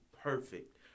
perfect